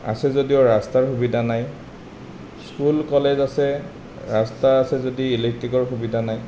আছে যদিও ৰাস্তাৰ সুবিধা নাই স্কুল কলেজ আছে ৰাস্তা আছে যদি ইলেক্ট্ৰিকৰ সুবিধা নাই